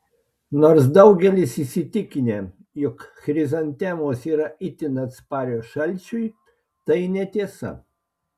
nors daugelis įsitikinę jog chrizantemos yra itin atsparios šalčiui tai netiesa